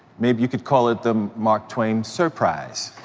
maybe you could call it the mark twain surprise.